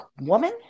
woman